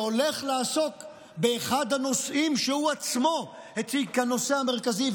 והולך לעסוק באחד הנושאים שהוא עצמו הציג כנושא המרכזי,